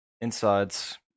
Inside's